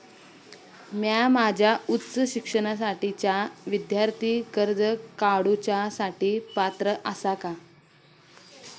म्या माझ्या उच्च शिक्षणासाठीच्या विद्यार्थी कर्जा काडुच्या साठी पात्र आसा का?